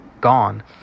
gone